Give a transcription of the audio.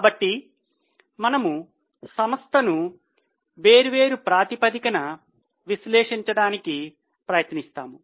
కాబట్టి మనము సంస్థను వేర్వేరు ప్రాతిపదికన విశ్లేషించడానికి ప్రయత్నిస్తాము